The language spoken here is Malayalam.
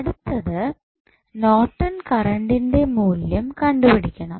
അടുത്തത് നോർട്ടൺ കറൻറ്ന്റെ മൂല്യം കണ്ടുപിടിക്കണം